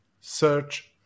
Search